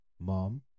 Mom